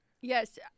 Yes